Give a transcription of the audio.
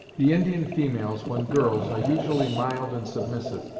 the indian females, when girls, are usually mild and submissive,